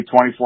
24